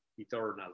eternal